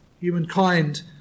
Humankind